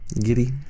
Giddy